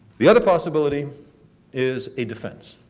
the other possibility is a defense.